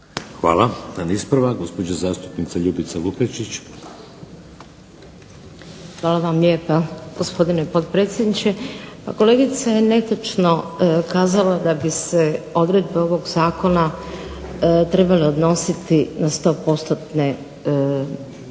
Hvala. Jedan ispravak gospođa zastupnica Ljubica LUkačić. **Lukačić, Ljubica (HDZ)** Hvala vam lijepa gospodine potpredsjedniče. Pa kolegica je netočno kazala da bi se odredbe ovog Zakona trebale odnositi na 100% invalide